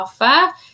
offer